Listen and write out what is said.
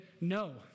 no